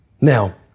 Now